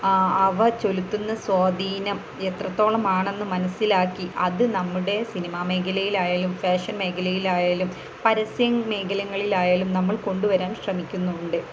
ആ അവ ചെലുത്തുന്ന സ്വാധീനം എത്രത്തോളമാണെന്ന് മനസ്സിലാക്കി അത് നമ്മുടെ സിനിമാമേഖലയിലായാലും ഫാഷൻമേഖലയിലായാലും പരസ്യം മേഖലകളിലായാലും നമ്മൾ കൊണ്ടുവരാൻ ശ്രമിക്കുന്നുണ്ട്